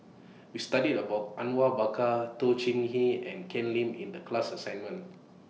We studied about Awang Bakar Toh Chin Chye and Ken Lim in The class assignment